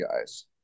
guys